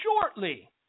shortly